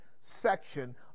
section